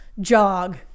jog